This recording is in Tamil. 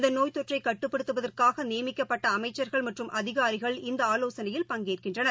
இந்தநோய் தொற்றைகட்டுப்படுத்துவதற்காகநியமிக்கப்பட்டஅமைச்சர்கள் மற்றும் அதிகாரிகள் இந்தஆலோசனையில் பங்கேற்கின்றனர்